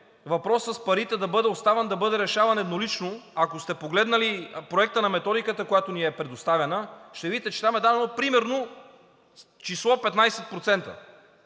въпросът с парите да бъде оставен за решаване еднолично. Ако сте погледнали проекта на методиката, който ни е предоставен, ще видите, че там е дадено примерно числото 15%.